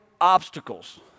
obstacles